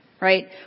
right